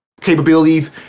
capabilities